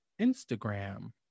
Instagram